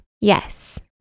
Yes